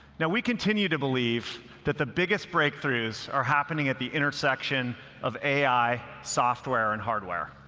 now, we continue to believe that the biggest breakthroughs are happening at the intersection of ai, software, and hardware,